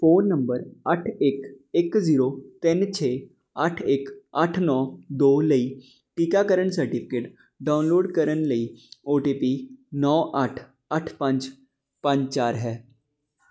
phone number ਅੱਠ ਇੱਕ ਇੱਕ ਜੀਰੋ ਤਿੰਨ ਛੇ ਅੱਠ ਇੱਕ ਅੱਠ ਨੌਂ ਦੋ ਲਈ ਟੀਕਾਕਰਨ ਸਰਟੀਫਿਕੇਟ ਡਾਊਨਲੋਡ ਕਰਨ ਲਈ ਓ ਟੀ ਪੀ ਨੌਂ ਅੱਠ ਅੱਠ ਪੰਜ ਪੰਜ ਚਾਰ ਹੈ